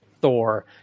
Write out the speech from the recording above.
Thor